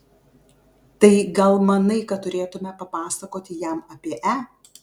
tai gal manai kad turėtumėme papasakoti jam apie e